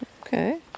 Okay